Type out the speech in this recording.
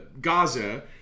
Gaza